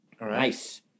Nice